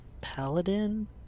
paladin